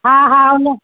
हा हा हुन